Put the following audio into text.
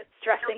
stressing